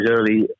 early